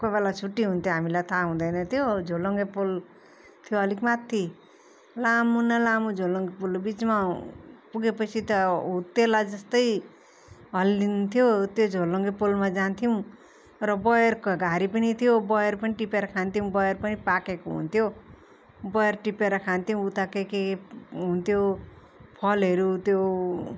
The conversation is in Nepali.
कोही बेला छुट्टी हुन्थ्यो हामीलाई थाहा हुँदैनथ्यो झोलुङ्गे पुल थियो अलिक माथि लामो न लामो झोलुङ्गे पुल बिचमा पुगे पछि त हुत्तेला जस्तै हल्लिन्थ्यो त्यो झोलुङ्गे पुलमा जान्थ्यौँ र बयरको घारी पनि थियो बयर पनि टिपेर खान्थ्यौँ बयर पनि पाकेको हुन्थ्यो बयर टिपेर खान्थ्यौँ उता के के हुन्थ्यो फलहरू त्यो